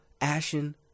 Ashen